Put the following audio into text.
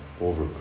over